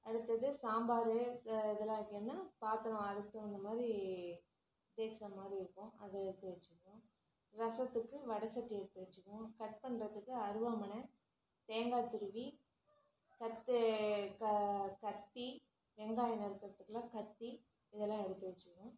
அடுத்தது சாம்பார் இதெலாம் வைக்கிணுனா பாத்திரம் அதுக்கு தகுந்த மாதிரி தேய்சா மாதிரி இருக்கும் அதை எடுத்து வச்சிக்கிவோம் ரசத்துக்கு வடை சட்டி எடுத்து வச்சிக்கிவோம் கட் பண்ணுறதுக்கு அருவாமனை தேங்காய் துருவி கத்து கா கத்தி வெங்காயம் நறுக்கறத்துக்கலாம் கத்தி இதெல்லாம் எடுத்து வச்சிக்கிவோம்